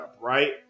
right